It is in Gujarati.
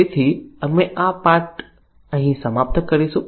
તેથી અમે આ પાઠ અહીં સમાપ્ત કરીશું